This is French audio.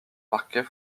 parquet